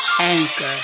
Anchor